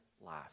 life